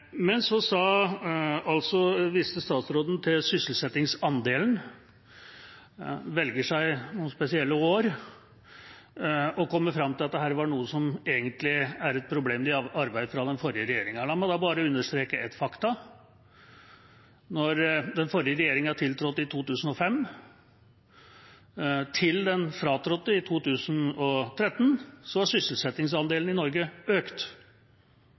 viste til sysselsettingsandelen. Hun velger seg noen spesielle år og kommer fram til at dette er noe som egentlig er et problem de har arvet fra den forrige regjeringa. La meg da bare understreke et faktum: Fra den forrige regjeringa tiltrådte i 2005 til den fratrådte i 2013, økte sysselsettingsandelen i Norge,